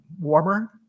warmer